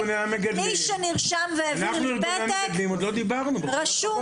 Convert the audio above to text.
מי שנרשם והעביר לי פתק רשום